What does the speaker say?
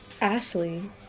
Ashley